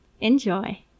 Enjoy